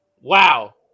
Wow